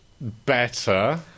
better